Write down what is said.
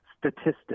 statistics